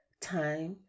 time